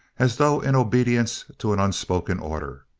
as though in obedience to an unspoken order.